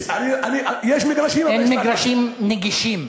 יש מגרשים, אבל, אין מגרשים נגישים.